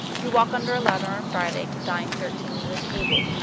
you walk under a ladder on friday to dine thirteen at a table,